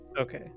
Okay